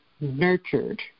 nurtured